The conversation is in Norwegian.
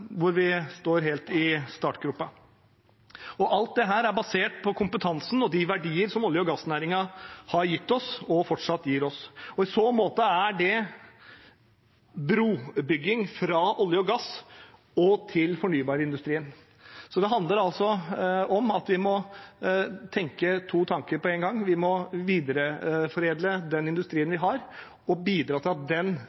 vi står helt i startgropa. Og alt dette er basert på den kompetansen og de verdier som olje- og gassnæringen har gitt oss, og fortsatt gir oss. I så måte er det brobygging fra olje og gass til fornybarindustrien. Det handler altså om at vi må tenke to tanker på en gang. Vi må videreforedle den industrien